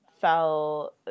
fell